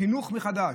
חינוך מחדש.